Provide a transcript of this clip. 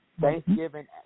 Thanksgiving